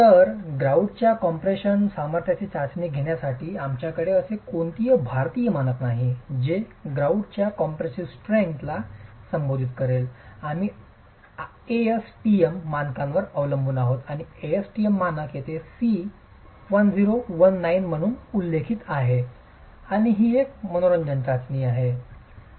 तर ग्रॉउटच्या कॉम्पॅप्रेशिंग सामर्थ्याची चाचणी घेण्यासाठी आमच्याकडे असे कोणतेही भारतीय मानक नाही जे ग्रॉउटच्या कॉम्प्रेसिव्ह स्ट्रेंथ टेस्टिंगला संबोधित करते आम्ही ASTM मानकांवर अवलंबून आहोत आणि ASTM मानक येथे C1019 म्हणून उल्लेखित आहे आणि ही एक मनोरंजक चाचणी आहे